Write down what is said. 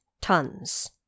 tons